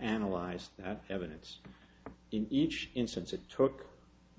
analyzed evidence in each instance it took